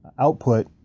output